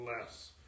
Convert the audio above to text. Less